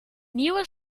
nieuwe